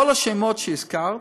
כל השמות שהזכרת,